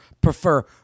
prefer